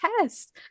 test